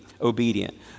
obedient